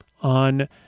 on